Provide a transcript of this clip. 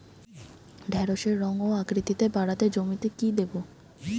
ঢেঁড়সের রং ও আকৃতিতে বাড়াতে জমিতে কি দেবো?